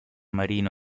marino